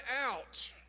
out